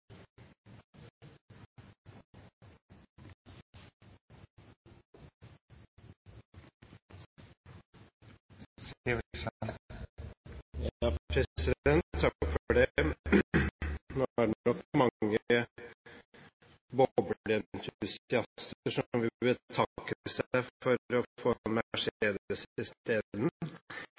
Nå er det nok mange Boble-entusiaster som vil betakke seg for å få